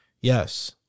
yes